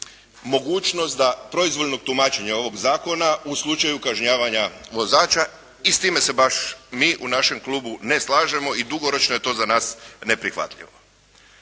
mogućnost proizvoljnog tumačenja ovog zakona u slučaju kažnjavanja vozača i s time se baš mi u našem klubu ne slažemo i dugoročno je to za nas neprihvatljivo.